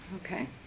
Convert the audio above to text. Okay